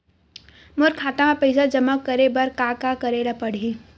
मोर खाता म पईसा जमा करे बर का का करे ल पड़हि?